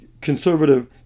conservative